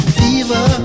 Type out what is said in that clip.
fever